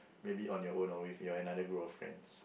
maybe on your own or with your another group of friends